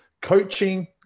Coaching